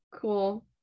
cool